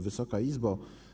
Wysoka Izbo!